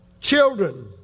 Children